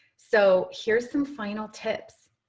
so here's some final tips.